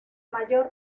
mayor